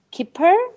Keeper